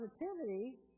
positivity